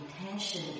intention